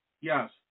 Yes